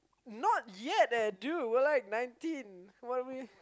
not yet eh dude we're like nineteen what are we